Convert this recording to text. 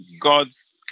God's